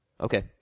Okay